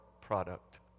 product